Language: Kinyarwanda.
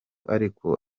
ariko